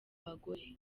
bagore